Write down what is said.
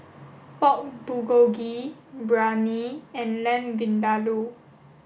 Pork Bulgogi Biryani and Lamb Vindaloo